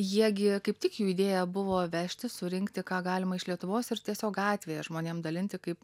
jie gi kaip tik jų idėja buvo vežti surinkti ką galima iš lietuvos ir tiesiog gatvėje žmonėm dalinti kaip